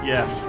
Yes